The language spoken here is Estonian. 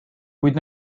kuid